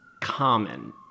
common